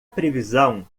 previsão